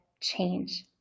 change